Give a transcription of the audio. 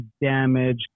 damage